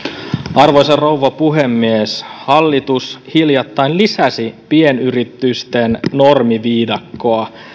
arvoisa rouva puhemies hallitus hiljattain lisäsi pienyritysten normiviidakkoa